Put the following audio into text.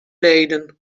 leden